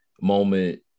moment